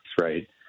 right